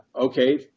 Okay